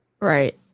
Right